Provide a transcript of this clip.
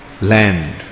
land